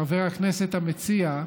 חבר הכנסת המציע,